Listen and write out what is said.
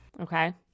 Okay